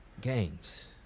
games